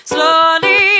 Slowly